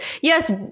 yes